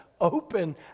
open